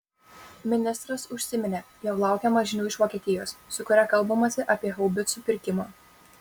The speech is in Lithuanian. ministras užsiminė jog laukiama žinių iš vokietijos su kuria kalbamasi apie haubicų pirkimą